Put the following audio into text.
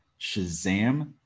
Shazam